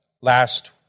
last